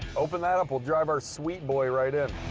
open that up. we'll drive our sweet boy right in.